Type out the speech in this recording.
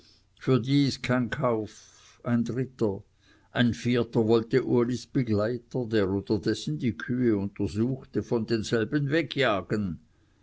für die ist kein kauf ein dritter ein vierter wollte ulis begleiter der unterdessen die kühe untersuchte von denselben wegjagen